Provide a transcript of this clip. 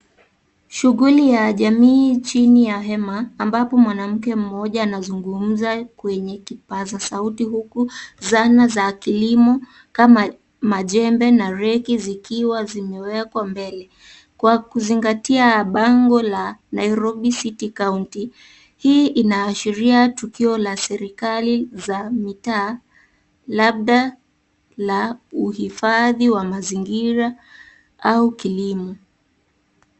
Shughuli ya jamii chini ya hema ambapo mwanamke mmoja anazungumza kwenye kipazasauti huku zana za kilimo kama majembe mareki zikiwa zimewekwa mbele. Kwa kuzingatia bango la Nairobi City County hii inaashiria tukio la serikali za mitaa labda la uhifadhi wa mazingira au kilimo.